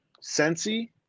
Sensi